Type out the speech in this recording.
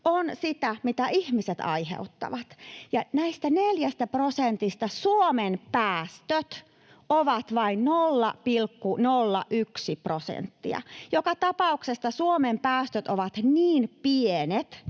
on sitä, mitä ihmiset aiheuttavat, ja näistä neljästä prosentista Suomen päästöt ovat vain 0,1 prosenttia. Joka tapauksessa Suomen päästöt ovat niin pienet,